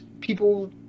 people